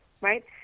right